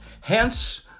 Hence